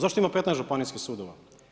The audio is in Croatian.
Zašto ima 15 županijskih sudova?